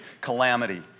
calamity